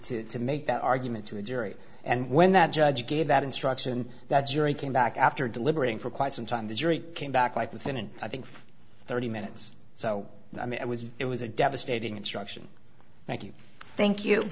to to make that argument to the jury and when that judge gave that instruction that jury came back after deliberating for quite some time the jury came back like within and i think for thirty minutes so i mean it was it was a devastating instruction thank you thank you